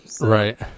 right